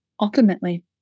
Ultimately